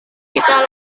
kita